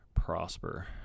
Prosper